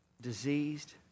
diseased